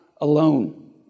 alone